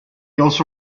also